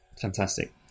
fantastic